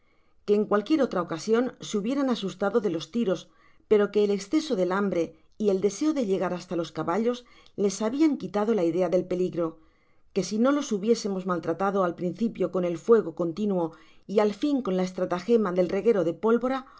que en cualquiera otra ocasion se hubieran asustado de los tiros pero que el esceso del hambre y el deseo de llegar hasta los caballos les habian quitado la idea del peligro que si no los hubiésemos maltratado al principio con el fuego continuo y al fin con la estrata gema del reguero de polvora